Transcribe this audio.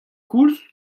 koulz